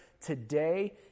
today